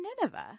Nineveh